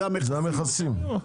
זה המכסים.